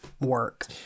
work